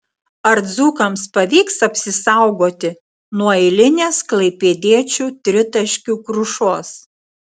ar dzūkams pavyks apsisaugoti nuo eilinės klaipėdiečių tritaškių krušos